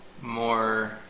More